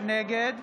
נגד